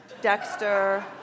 Dexter